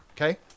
Okay